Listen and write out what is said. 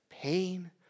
pain